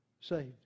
saved